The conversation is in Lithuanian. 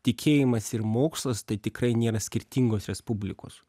tikėjimas ir mokslas tai tikrai nėra skirtingos respublikos